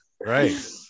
right